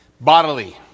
bodily